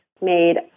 made